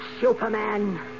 Superman